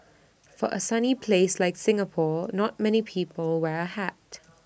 for A sunny place like Singapore not many people wear A hat